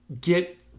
get